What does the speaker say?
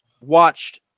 watched